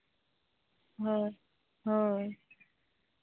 ᱦᱳᱭ ᱦᱳᱭ